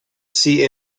see